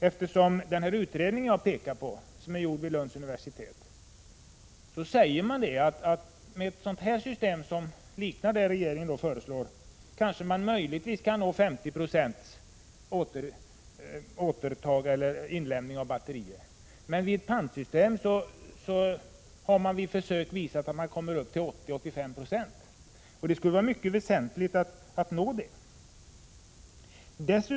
I den utredning jag har pekat på, som är gjord vid Lunds universitet, sägs att med ett system som liknar det regeringen föreslår kan man möjligtvis uppnå 50 26 inlämning av batterier, medan försök med ett pantsystem har visat att man kommer upp till 80—85 96. Det skulle vara mycket väsentligt att nå dit.